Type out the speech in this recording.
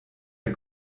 der